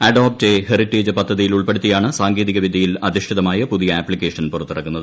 adopt a heritage പദ്ധതിയിൽ ഉൾപ്പെടുത്തിയാണ് സാങ്കേതികവിദ്യയിൽ അധിഷ്ഠിതമായ പുതിയ ആപ്തിക്കേഷൻ പുറത്തിറക്കുന്നത്